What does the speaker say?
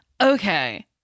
Okay